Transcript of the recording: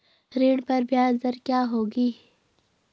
ऋण पर ब्याज दर क्या होगी?